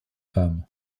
femme